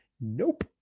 nope